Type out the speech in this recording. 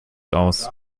aus